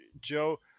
Joe